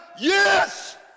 yes